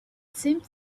seemed